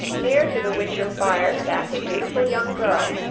near to the winter fire sat a beautiful young girl,